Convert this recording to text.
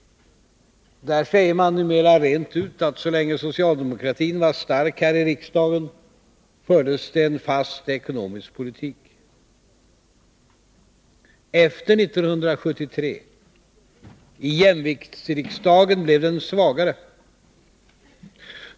Där säger man numera rent ut att så Nr 50 länge socialdemokratin var stark fördes det en fast ekonomisk politik. Efter Onsdagen den 1973 — i jämviktsriksdagen — blev den svagare.